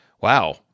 Wow